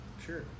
sure